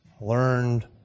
learned